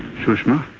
sushma